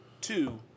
two